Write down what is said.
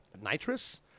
nitrous